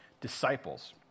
disciples